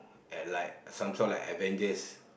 and like some sort of Avengers